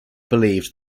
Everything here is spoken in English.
believed